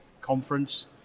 conference